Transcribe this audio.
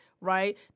right